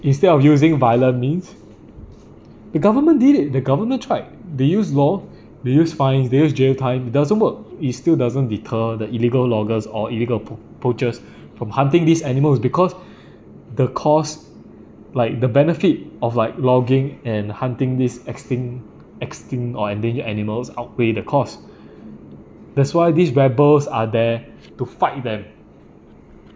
instead of using violent means the government did it the government tried they use law they use fine they use jail time it doesn't work it still doesn't deter the illegal loggers or illegal po~ poachers from hunting these animals because the cost like the benefit of like logging and hunting these extinct extinct or endangered animals outweigh the cost that's why these rebels are there to fight them